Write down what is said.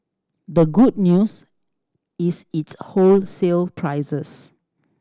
the good news is its wholesale prices